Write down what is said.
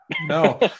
No